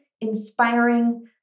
inspiring